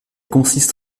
consiste